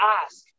ask